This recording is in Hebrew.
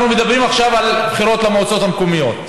אנחנו מדברים עכשיו על בחירות למועצות המקומיות.